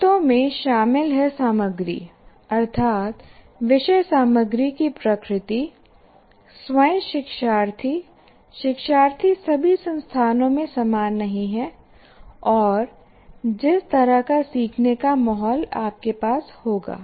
शर्तों में शामिल हैं सामग्री अर्थात् विषय सामग्री की प्रकृति स्वयं शिक्षार्थी शिक्षार्थी सभी संस्थानों में समान नहीं है और जिस तरह का सीखने का माहौल आपके पास होगा